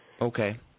Okay